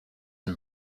and